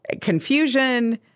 confusion